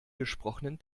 gesprochenen